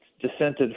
dissented